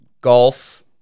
golf